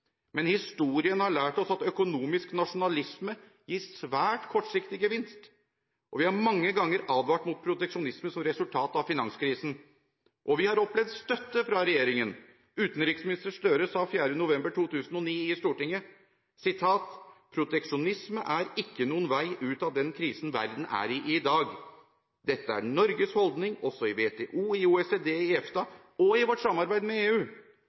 men historien har lært oss at økonomisk nasjonalisme gir svært kortsiktig gevinst. Vi har mange ganger advart mot proteksjonisme som resultat av finanskrisen, og vi har opplevd støtte fra regjeringen. Utenriksminister Gahr Støre sa 4. november 2009 i Stortinget at: «proteksjonisme ikke er noen vei ut av den krisen verden er i i dag. Dette er Norges holdning også i WTO, i OECD, i EFTA og i vårt samarbeid med EU.»